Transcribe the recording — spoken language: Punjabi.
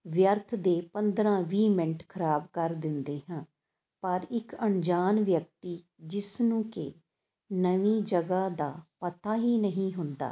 ਵਿਅਰਥ ਦੇ ਪੰਦਰ੍ਹਾਂ ਵੀਹ ਮਿੰਟ ਖਰਾਬ ਕਰ ਦਿੰਦੇ ਹਾਂ ਪਰ ਇੱਕ ਅਣਜਾਣ ਵਿਅਕਤੀ ਜਿਸ ਨੂੰ ਕਿ ਨਵੀਂ ਜਗ੍ਹਾ ਦਾ ਪਤਾ ਹੀ ਨਹੀਂ ਹੁੰਦਾ